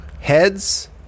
Heads